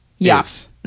Yes